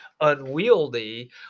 unwieldy